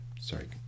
sorry